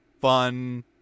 fun